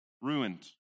ruined